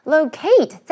Locate